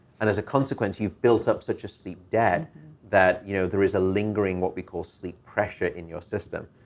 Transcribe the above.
and as a consequence, you've built up such as sleep debt that, you know, there is a lingering what we call sleep pressure in your system.